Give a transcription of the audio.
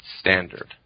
standard